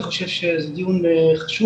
אני חושב שזה דיון חשוב,